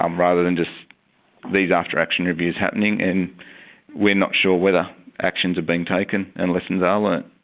um rather than just these after action reviews happening and we're not sure whether actions are being taken and lessons are learnt.